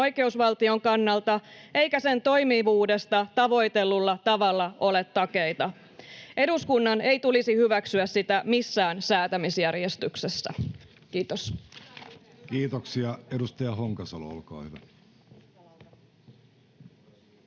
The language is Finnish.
oikeusvaltion kannalta, eikä sen toimivuudesta tavoitellulla tavalla ole takeita. Eduskunnan ei tulisi hyväksyä sitä missään säätämisjärjestyksessä. — Kiitos. [Speech 5] Speaker: Jussi